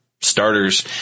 starters